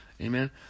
Amen